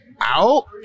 out